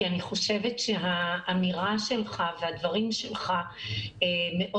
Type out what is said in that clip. כי אני חושבת שהאמירה שלך והדברים שלך מאוד